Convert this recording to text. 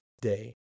day